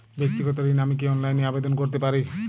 ব্যাক্তিগত ঋণ আমি কি অনলাইন এ আবেদন করতে পারি?